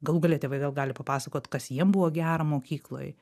galų gale tėvai gal gali papasakot kas jiem buvo gera mokykloj